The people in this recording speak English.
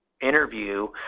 interview